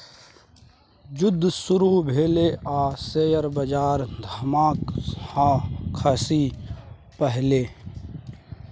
जुद्ध शुरू भेलै आ शेयर बजार धड़ाम सँ खसि पड़लै